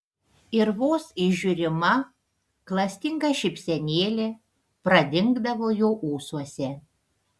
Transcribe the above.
ir vos įžiūrima klastinga šypsenėlė pradingdavo jo ūsuose